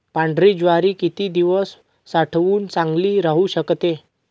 पांढरी ज्वारी किती दिवस साठवून चांगली राहू शकते?